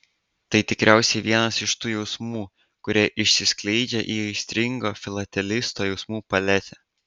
tai tikriausiai vienas iš tų jausmų kurie išsiskleidžia į aistringo filatelisto jausmų paletę